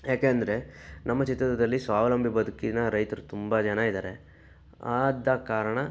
ಯಾಕೆಂದ್ರೆ ನಮ್ಮ ಚಿತ್ರದುರ್ಗದಲ್ಲಿ ಸ್ವಾವಲಂಬಿ ಬದುಕಿನ ರೈತರು ತುಂಬ ಜನ ಇದ್ದಾರೆ ಆದ ಕಾರಣ